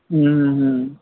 ହୁଁ ହୁଁ